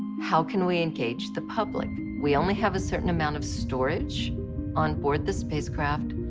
how can we engage the public? we only have a certain amount of storage on board the spacecraft,